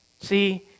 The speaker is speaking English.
See